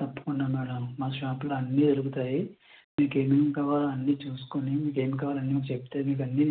తప్పకుండా మేడం మా షాపులో అన్ని దొరుకుతాయి మీకేమేం కావాలో అన్నీ చూసుకొని మీకేం కావాలో అన్నీ చెప్తే మీకు అన్నీ